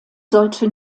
sollte